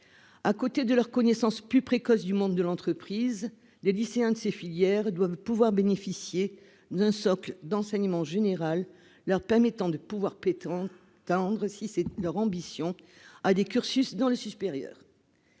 À côté de leur connaissance plus précoce du monde de l'entreprise, les lycéens de ces filières doivent pouvoir bénéficier d'un socle d'enseignement général leur permettant de prétendre, si telle est leur ambition, à des cursus dans le supérieur.